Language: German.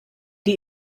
die